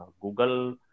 Google